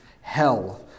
Hell